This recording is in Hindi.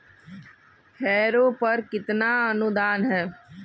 हैरो पर कितना अनुदान है?